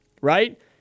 right